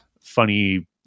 funny